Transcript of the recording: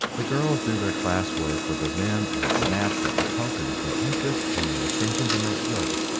the girls do their class work with a vim and snap that betokens their interest and their intention to make good.